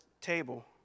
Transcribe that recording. table